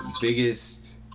biggest